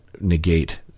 negate